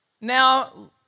Now